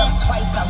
twice